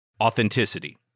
authenticity